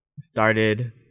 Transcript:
started